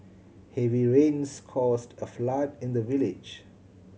heavy rains caused a flood in the village